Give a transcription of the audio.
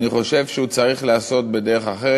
אני חושב שהוא צריך להיעשות בדרך אחרת,